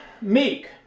meek